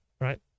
right